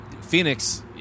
phoenix